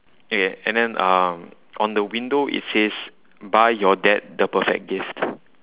okay and then um on the window it says buy your dad the perfect gift